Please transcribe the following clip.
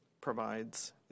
provides